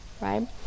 right